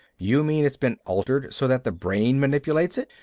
you mean it's been altered so that the brain manipulates it?